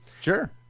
Sure